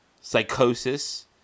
Psychosis